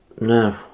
No